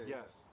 Yes